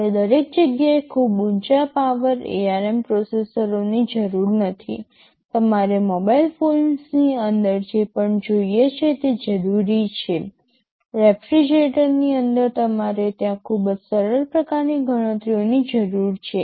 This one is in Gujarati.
તમારે દરેક જગ્યાએ ખૂબ ઊંચા પાવર ARM પ્રોસેસરોની જરૂર નથી તમારે મોબાઇલ ફોનની અંદર જે પણ જોઈએ તે જરૂરી છે રેફ્રિજરેટરની અંદર તમારે ત્યાં ખૂબ સરળ પ્રકારની ગણતરીઓની જરૂર છે